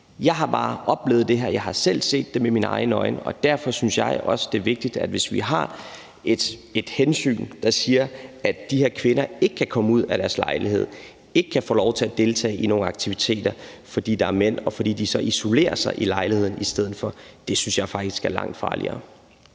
Jeg har bare oplevet det her. Jeg har selv set det med mine egne øjne, og derfor synes jeg også, det er vigtigt. Hvis vi ikke tager et hensyn, så at de her kvinder kan komme ud af deres lejlighed og kan få lov til at deltage i nogle aktiviteter, i stedet for at de isolerer sig i lejligheden, fordi der er mænd, så synes jeg faktisk det er langt farligere.